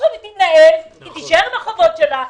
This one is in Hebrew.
היא תישאר עם החובות שלה.